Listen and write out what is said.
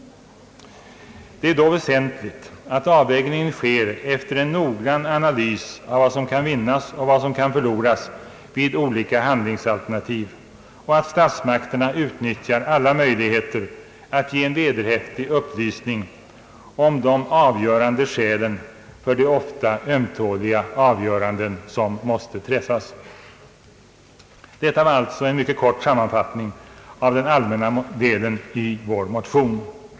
Det är då väsentligt att avvägningen sker efter en noggrann analys av vad som kan vinnas och att vad som kan förloras vid olika handlingsalternativ samt att statsmakterna utnyttjar alla möjligheter att ge en vederhäftig upplysning om de avgörande skälen för de ofta ömtåliga avgöranden som måste träffas. Detta var alltså en mycket kort sammanfattning av den allmänna delen i vår motion.